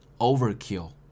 overkill